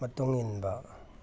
ꯃꯇꯨꯡ ꯏꯟꯕ